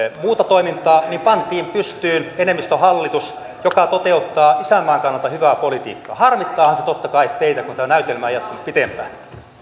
muuta toimintaa niin pantiin pystyyn enemmistöhallitus joka toteuttaa isänmaan kannalta hyvää politiikkaa harmittaahan se totta kai teitä kun tämä näytelmä ei jatkunut pitempään